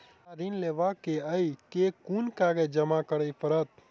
हमरा ऋण लेबै केँ अई केँ कुन कागज जमा करे पड़तै?